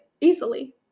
easily